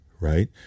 right